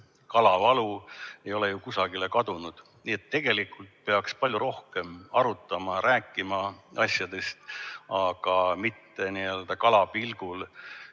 "Kalavalu" ei ole kusagile kadunud. Nii et tegelikult peaks palju rohkem arutama, rääkima asjadest, aga mitte kalapilgul